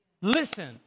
listen